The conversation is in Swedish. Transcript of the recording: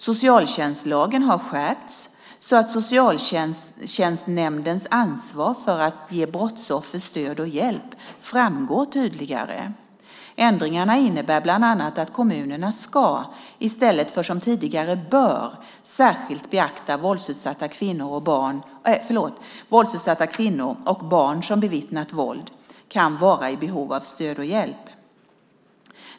Socialtjänstlagen har skärpts så att socialtjänstnämndens ansvar för att ge brottsoffer stöd och hjälp framgår tydligare. Ändringarna innebär bland annat att kommunerna ska, i stället för som tidigare bör, särskilt beakta att våldsutsatta kvinnor och barn som har bevittnat våld kan vara i behov av stöd och hjälp.